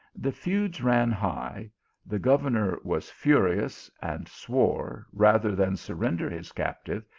the feuds ran high the gov ernor was furious, and swore, rather than surrender his captive,